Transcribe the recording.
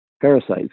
parasites